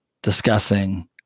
discussing